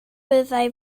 byddai